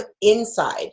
inside